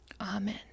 Amen